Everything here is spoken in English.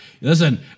Listen